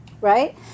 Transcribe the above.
right